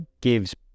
gives